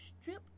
stripped